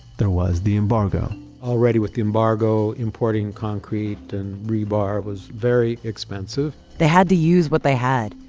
there was the embargo already with the embargo, importing concrete and rebar was very expensive they had to use what they had.